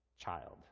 Child